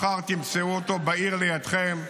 מחר תמצאו אותו בעיר לידכם,